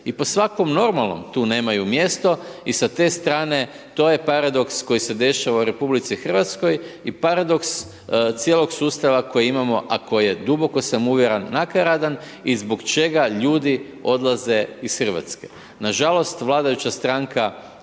I po svakom normalnom tu nemaju mjesto i sa te strane to je paradoks koji se dešava u RH i paradoks cijelog sustava koji imamo, a koji duboko sam uvjeren nakaradan i zbog čega ljudi odlaze iz Hrvatske. Nažalost, vladajuća stranka